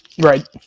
Right